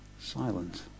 silent